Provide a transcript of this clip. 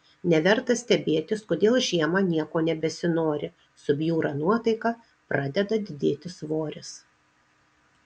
neverta stebėtis kodėl žiemą nieko nebesinori subjūra nuotaika pradeda didėti svoris